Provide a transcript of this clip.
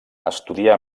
estudià